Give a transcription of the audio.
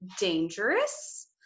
dangerous